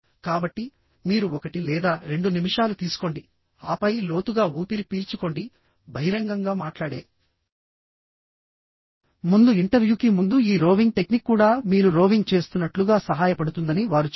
కాబట్టి మీరు ఒకటి లేదా రెండు నిమిషాలు తీసుకోండిఆపై లోతుగా ఊపిరి పీల్చుకోండి బహిరంగంగా మాట్లాడే ముందు ఇంటర్వ్యూకి ముందు ఈ రోవింగ్ టెక్నిక్ కూడా మీరు రోవింగ్ చేస్తున్నట్లుగా సహాయపడుతుందని వారు చెబుతారు